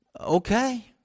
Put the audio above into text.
Okay